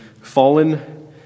fallen